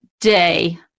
day